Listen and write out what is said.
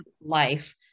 life